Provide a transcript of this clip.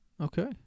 Okay